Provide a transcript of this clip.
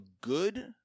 good